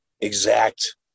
exact